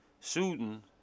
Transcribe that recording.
Shooting